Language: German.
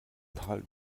tal